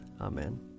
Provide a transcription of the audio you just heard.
Amen